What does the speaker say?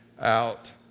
out